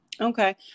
Okay